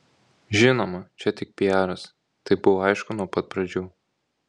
žinoma čia tik piaras tai buvo aišku nuo pat pradžių